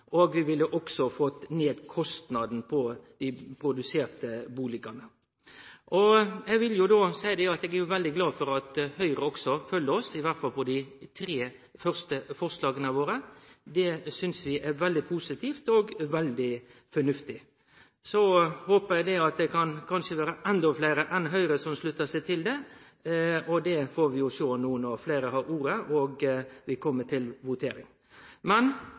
og vi ville også fått ned kostnaden på dei produserte bustadene. Eg vil jo seie at eg er veldig glad for at Høgre også følgjer oss, i alle fall på dei tre første forslaga våre. Det synest vi er veldig positivt og veldig fornuftig. Så håpar eg at det kan vere endå fleire enn Høgre som sluttar seg til det. Det får vi jo sjå no når fleire har ordet, og når vi kjem til votering.